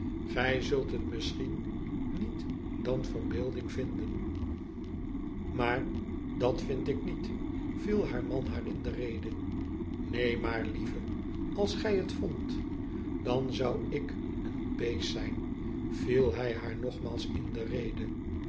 gij zult het misschien niet dan verbeeldmg vinden maar dat vind ik niet viel haar man haar in de rede neen maar lieve als gij het vondt dan zou ik een beest zijn viel hij haar nogmaals in de rede